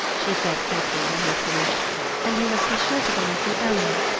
she said simply, when he had finished and you must be sure to go and see ellen,